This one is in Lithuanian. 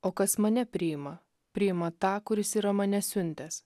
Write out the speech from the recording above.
o kas mane priima priima tą kuris yra mane siuntęs